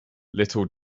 little